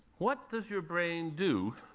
what does your brain do